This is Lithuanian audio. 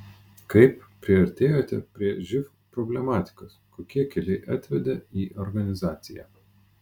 kaip priartėjote prie živ problematikos kokie keliai atvedė į organizaciją